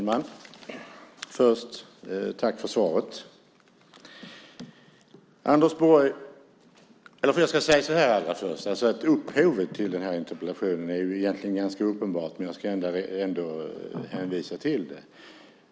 Herr talman! Tack för svaret, statsrådet! Upphovet till denna interpellation är egentligen ganska uppenbart, men jag ska ändå hänvisa till det.